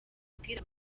kubwira